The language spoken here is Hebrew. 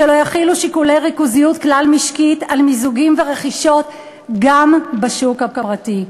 שלא יחילו שיקולי ריכוזיות כלל-משקית על מיזוגים ורכישות גם בשוק הפרטי,